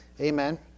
Amen